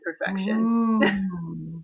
perfection